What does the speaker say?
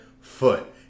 foot